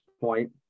point